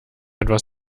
etwas